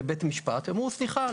בבית המשפט והם אמרו: סליחה,